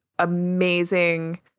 amazing